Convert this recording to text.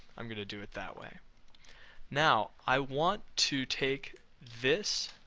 i'm going to do it that way now i want to take this